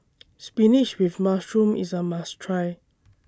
Spinach with Mushroom IS A must Try